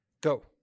go